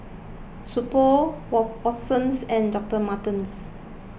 So Pho Watsons and Doctor Martens